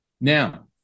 Now